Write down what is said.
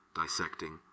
dissecting